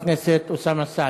חבר הכנסת אוסאמה סעדי.